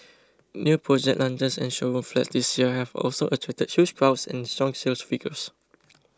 new project launches and showroom flats this year have also attracted huge crowds and strong sales figures